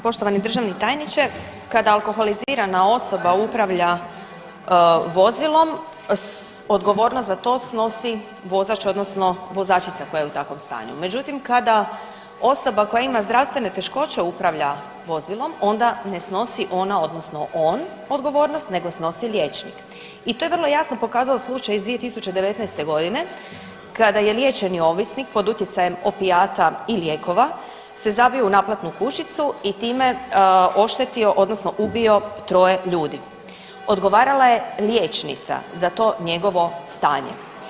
Poštovani državni tajniče, kad alkoholizirana osoba upravlja vozilom odgovornost za to snosi vozač odnosno vozačica koja je u takvom stanju, međutim kada osoba koja ima zdravstvene teškoće upravlja vozilom onda ne snosi ona odnosno on odgovornost nego snosi liječnik i to je vrlo jasno pokazao slučaj iz 2019.g. kada je liječeni ovisnik pod utjecajem opijata i lijekova se zabio u naplatnu kućicu i time oštetio odnosno ubio troje ljudi, odgovarala je liječnica za to njegovo stanje.